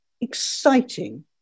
exciting